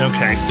Okay